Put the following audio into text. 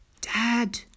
Dad